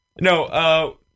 No